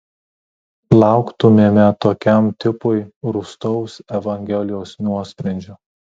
lauktumėme tokiam tipui rūstaus evangelijos nuosprendžio